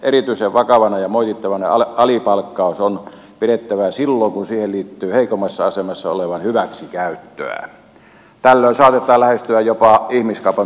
erityisen vakavana ja moitittavana alipalkkausta on pidettävä silloin kun siihen liittyy heikommassa asemassa olevan hyväksikäyttöä tällöin saatetaan lähestyä jopa ihmiskaupan tunnusmerkistöä